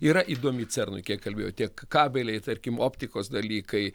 yra įdomi cernui kiek kalbėjau tiek kabeliai tarkim optikos dalykai